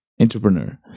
entrepreneur